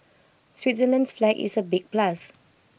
Switzerland's flag is the big plus